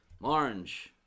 Orange